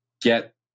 get